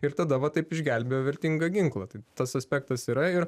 ir tada va taip išgelbėjo vertingą ginklą tai tas aspektas yra ir